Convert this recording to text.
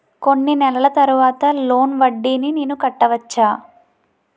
కొన్ని నెలల తర్వాత లోన్ వడ్డీని నేను కట్టవచ్చా?